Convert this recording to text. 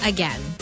Again